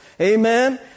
Amen